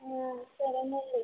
సరేనండి